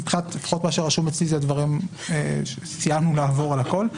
מבחינת מה שרשום אצלי סיימנו לעבור על הכול.